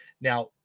Now